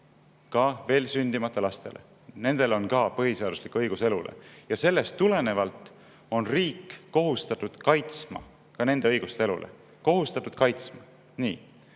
ka veel sündimata lastele, nendel on ka põhiseaduslik õigus elule ja sellest tulenevalt on riik kohustatud kaitsma ka nende õigust elule. Kohustatud kaitsma! Nii.